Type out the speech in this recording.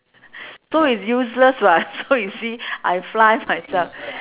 so it's useless [what] so you see I fly myself